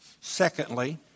Secondly